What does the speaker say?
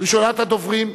ראשונת הדוברים,